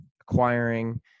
acquiring